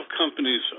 companies